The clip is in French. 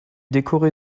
décoré